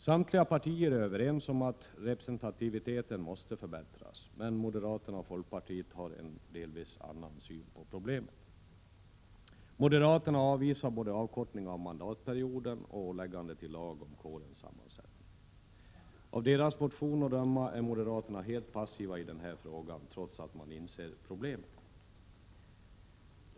Samtliga partier är överens om att representativiteten måste förbättras, men moderaterna och folkpartiet har en delvis annan syn på problemet. Moderaterna avvisar både avkortningen av mandatperioden och åläggandet i lag om kårens sammansättning. Av deras motion att döma är moderaterna helt passiva i den här frågan — trots att man inser problemet.